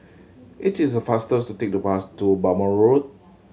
it is faster to take the bus to Balmoral Road